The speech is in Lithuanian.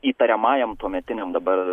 įtariamajam tuometiniam dabar